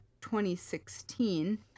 2016